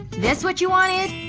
this what you wanted?